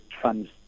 funds